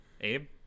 Abe